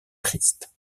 triste